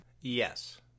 Yes